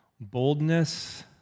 Boldness